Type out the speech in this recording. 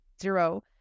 zero